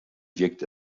wirkt